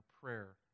prayer